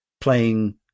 playing